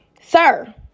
sir